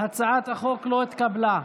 הצעת החוק לא התקבלה.